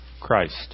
Christ